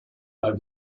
over